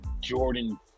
Jordan